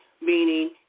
Meaning